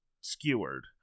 skewered